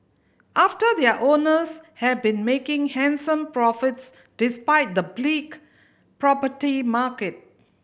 after their owners have been making handsome profits despite the bleak property market